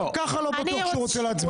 ככה לא בטוח שהוא רוצה להצביע.